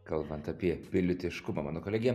kalbant apie pilietiškumą mano kolegė